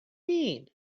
mean